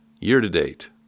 year-to-date